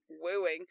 Wooing